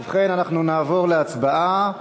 ובכן, אנחנו נעבור להצבעה.